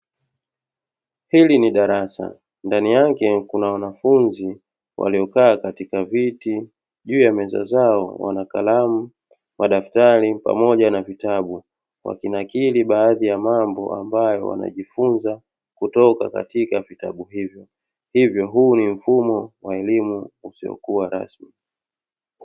Hili ni darasa, ndani yake kuna wanafunzi waliokaa katika viti, juu ya meza zao wana kalamu, madaftari pamoja na vitabu. Wakinakili baadhi ya mambo ambayo wanajifunza kutoka katika vitabu hivyo. Huu ni mfumo wa elimu isiyokuwa rasmi.